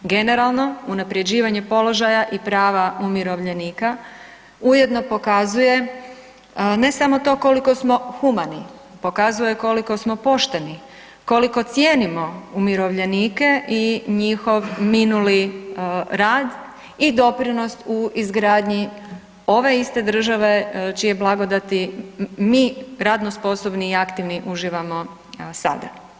Generalno unapređivanje položaja i prava umirovljenika ujedno pokazuje ne samo to koliko smo humani, pokazuje koliko smo pošteni, koliko cijenimo umirovljenike i njihov minuli rad i doprinos u izgradnji ove iste države čije blagodati mi radno sposobni i aktivni uživamo sada.